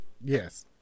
Yes